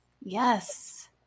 Yes